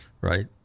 right